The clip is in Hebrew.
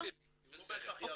הוא לא בהכרח ירד.